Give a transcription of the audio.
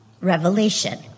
revelation